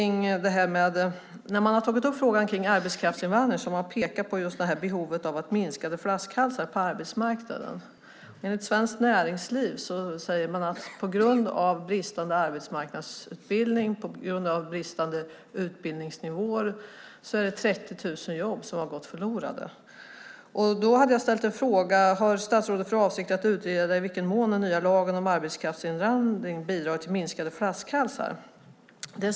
När man har tagit upp frågan om arbetskraftsinvandring har man pekat på behovet av minskade flaskhalsar på arbetsmarknaden. På Svenskt Näringsliv säger man att det är 30 000 jobb som har gått förlorade på grund av bristande utbildningsnivåer. Jag har frågat: Har statsrådet för avsikt att utreda i vilken mån den nya lagen om arbetskraftsinvandring bidragit till minskade flaskhalsar på arbetsmarknaden?